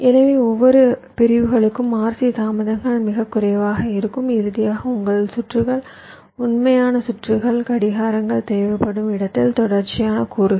எனவே ஒவ்வொரு பிரிவுகளுக்கும் RC தாமதங்கள் மிகக் குறைவாக இருக்கும் இறுதியாக உங்கள் சுற்றுகள் உண்மையான சுற்றுகள் கடிகாரங்கள் தேவைப்படும் இடத்தில் தொடர்ச்சியான கூறுகள்